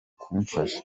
kumfasha